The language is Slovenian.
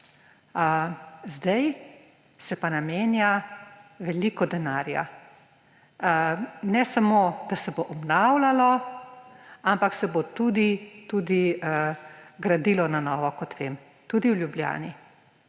Zdaj se pa namenja veliko denarja. Ne samo da se bo obnavljalo, ampak se bo tudi gradilo na novo, kot vem tudi v Ljubljani.